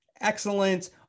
excellent